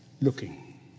looking